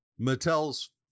Mattel's